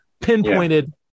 pinpointed